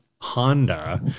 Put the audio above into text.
honda